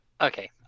okay